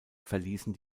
verließen